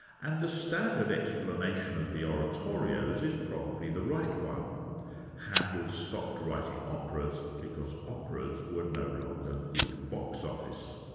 and the standard explanation of the oratorios is probably the right one handel stopped writing operas because operas were no longer good box office.